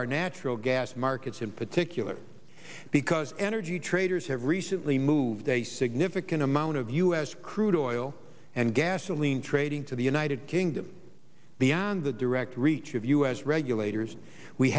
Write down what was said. our natural gas markets in particular because energy traders have recently moved a significant amount of u s crude oil and gasoline trading to the united kingdom beyond the direct reach of u s regulators we